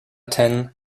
ten